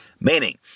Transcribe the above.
Meaning